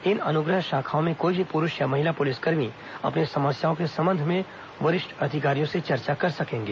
इन अनुग्रह शाखाओं में कोई भी पुरूष या महिला पुलिसकर्मी अपनी समस्याओं के संबंध में वरिष्ठ अधिकारियों से चर्चा कर सकेंगे